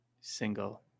single